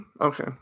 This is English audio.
Okay